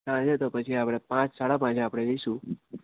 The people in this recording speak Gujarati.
સાંજે તો પછી આપણે પાંચ સાડા પાંચે આપણે જઇશું